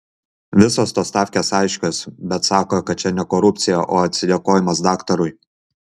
visos tos stavkės aiškios bet sako kad čia ne korupcija o atsidėkojimas daktarui